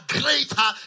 greater